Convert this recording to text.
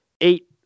eight